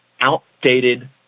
outdated